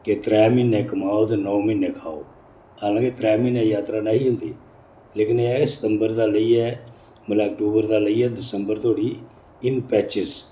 त्रै म्हीने कमाओ ते नौ म्हीने खाओ हालांकि त्रै म्हीने जात्तरा नेईं ही होंदी लेकिन एह् ऐ सितंबर दा लेइयै मतलब अक्तूबर दा लेइयै दिसंबर तोड़़ी इन पैचेस